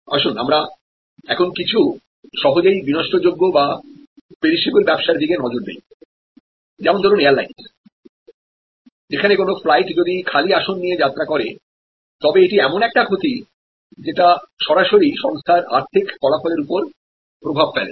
আসুন আমরা এখন কিছু পেরিশবল ব্যবসার দিকে নজর দেই যেমন ধরুন এয়ারলাইন্স যেখানে কোন ফ্লাইট যদি খালি আসন নিয়ে যাত্রা করে তবে এটি এমন একটা ক্ষতি যেটা সরাসরি সংস্থার আর্থিক ফলাফল এরউপর প্রভাব ফেলে